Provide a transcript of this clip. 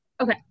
Okay